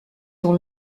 dans